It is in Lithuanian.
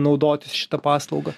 naudotis šita paslauga